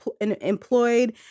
employed